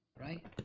right